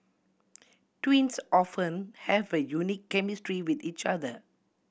twins often have a unique chemistry with each other